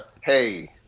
hey